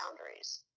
boundaries